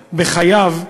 בחייו,